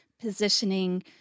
positioning